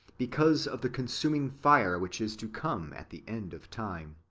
because of the consumino fire which is to come at the end of time.